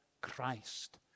Christ